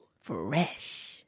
Fresh